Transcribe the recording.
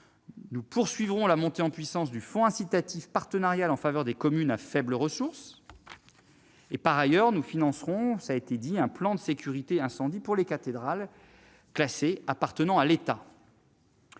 Nous poursuivrons la montée en puissance du fonds incitatif et partenarial (FIP) en faveur des communes à faibles ressources. Par ailleurs- je le confirme -, nous financerons un plan de sécurité incendie pour les cathédrales classées appartenant à l'État.